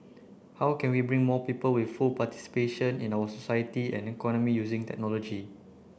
how can we bring more people with full participation in our society and economy using technology